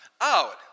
out